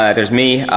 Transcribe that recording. ah theres me,